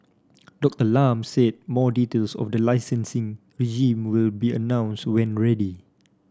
Doctor Lam said more details of the licensing regime will be announced when ready